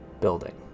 building